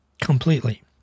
completely